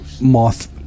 moth